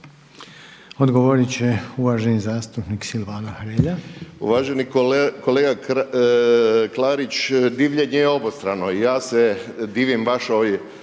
Odgovorit će uvaženi zastupnik Silvano Hrelja. **Hrelja, Silvano (HSU)** Uvaženi kolega Klarić, divljenje je obostrano. I ja se divim vašoj